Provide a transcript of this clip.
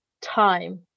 time